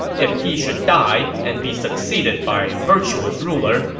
if he should die and be succeeded by a virtuous ruler,